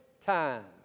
time